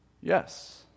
Yes